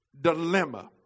dilemma